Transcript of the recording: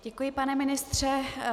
Děkuji, pane ministře.